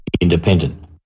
independent